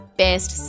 best